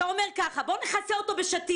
אתה אומר כך: בואו נכסה אותו בשטיח.